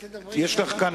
יש לך כאן